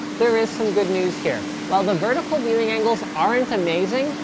there is some good news here. while the vertical viewing angles aren't amazing,